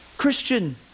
Christian